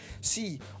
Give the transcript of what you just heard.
See